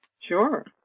sure